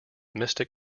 mystic